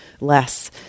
less